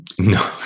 No